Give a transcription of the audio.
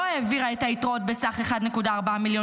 לא העבירה את היתרות בסך 1.4 מיליון